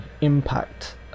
impact